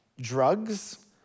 Drugs